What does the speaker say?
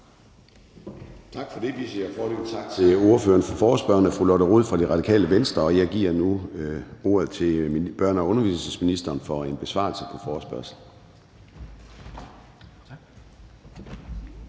Tak for det. Vi siger foreløbig tak til ordføreren for forespørgerne, fru Lotte Rod fra Radikale Venstre. Jeg giver nu ordet til børne- og undervisningsministeren for en besvarelse af forespørgslen.